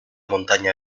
montaña